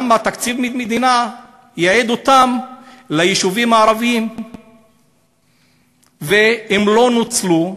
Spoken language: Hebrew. תקציב המדינה ייעדו ליישובים הערביים והם לא נוצלו.